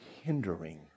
hindering